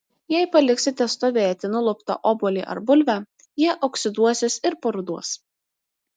jei paliksite stovėti nuluptą obuolį ar bulvę jie oksiduosis ir paruduos